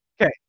Okay